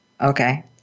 Okay